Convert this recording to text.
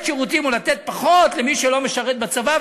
שירותים או לתת פחות למי שלא משרת בצבא.